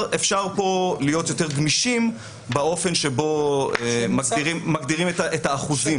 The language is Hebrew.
פה להיות יותר גמישים באופן שבו מגדירים את האחוזים.